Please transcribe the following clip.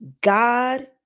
God